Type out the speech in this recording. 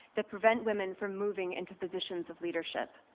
that prevent women from moving into positions of leadership.